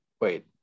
wait